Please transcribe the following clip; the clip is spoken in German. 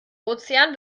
ozean